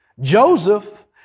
Joseph